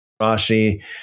rashi